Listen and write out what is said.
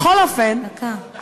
בכל אופן,